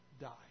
die